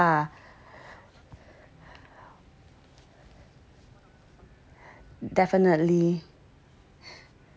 definitely